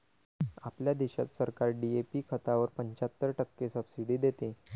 आपल्या देशात सरकार डी.ए.पी खतावर पंच्याहत्तर टक्के सब्सिडी देते